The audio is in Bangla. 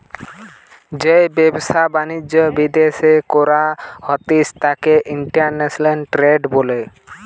যেই ব্যবসা বাণিজ্য বিদ্যাশে করা হতিস তাকে ইন্টারন্যাশনাল ট্রেড বলে